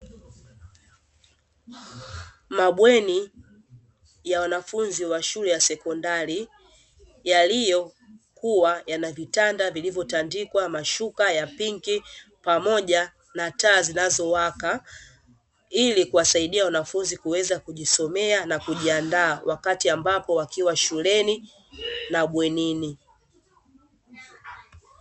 Mabweni ya wanafunzi wa shule ya sekondari yaliyokuwa yana vitanda vilivyotandikwa mashuka ya pinki pamoja na taa zinazowaka, ili kuwasaidia wanafunzi kuweza kujisomea na kujiandaa wakati ambapo wakiwa shuleni na bwenini.